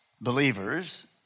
believers